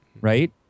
right